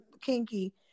kinky